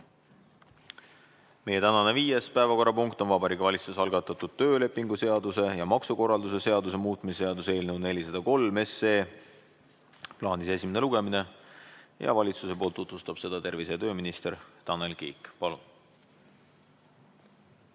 Meie tänane viies päevakorrapunkt on Vabariigi Valitsuse algatatud töölepingu seaduse ja maksukorralduse seaduse muutmise seaduse eelnõu 403 esimene lugemine. Valitsuse poolt tutvustab seda tervise‑ ja tööminister Tanel Kiik. Palun!